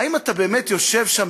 האם אתה באמת יושב שם,